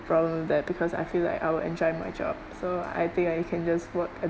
problem with that because I feel like I will enjoy my job so I think I can just work